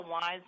wise